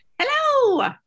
Hello